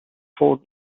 full